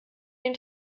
den